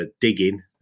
digging